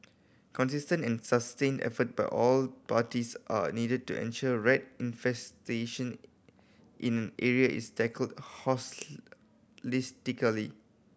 consistent and sustained effort by all parties are needed to ensure rat infestation in area is tackled